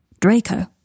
Draco